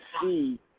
see